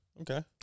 Okay